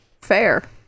Fair